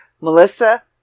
Melissa